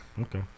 Okay